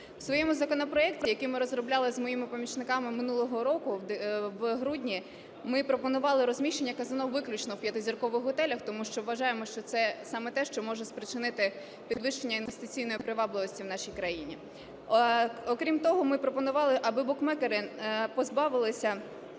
В своєму законопроекті, який ми розробляли з моїми помічниками минулого року, в грудні, ми пропонували розміщення казино виключно в 5-зіркових готелях, тому що вважаємо, що це саме те, що може спричинити підвищення інвестиційної привабливості в нашій країні. Окрім того, ми пропонували, аби букмекери позбавилися